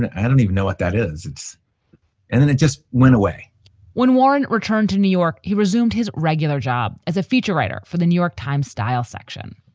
and i don't even know what that is. and then it just went away when warren returned to new york, he resumed his regular job as a feature writer for the new york times style section.